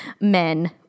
men